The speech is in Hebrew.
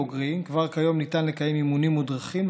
בוגרים: כבר כיום ניתן לקיים אימונים מודרכים,